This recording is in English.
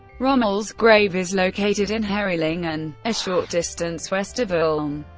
rommel's grave is located in herrlingen, a short distance west of ulm.